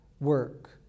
work